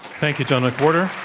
thank you, john mcwhorter.